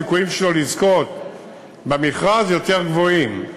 הסיכויים שלו לזכות במכרז יותר גבוהים.